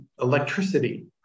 electricity